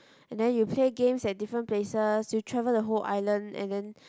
and then you play games at different places you travel the whole island and then